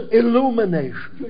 illumination